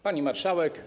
Pani Marszałek!